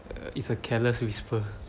uh it's a careless whisper